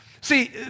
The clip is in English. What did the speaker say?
See